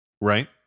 Right